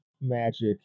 magic